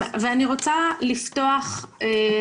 אני רוצה לומר פה ביושר משהו בהתחלה.